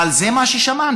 אבל זה מה ששמענו.